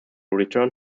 return